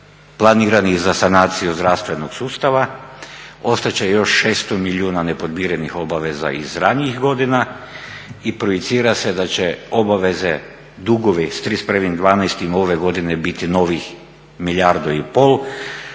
planiranih za sanaciju zdravstvenog sustava, ostat će još 600 milijuna nepodmirenih obaveza iz ranijih godina i projicira se da će obaveze, dugovi s 31.12. ove godine biti novih milijardu i pol,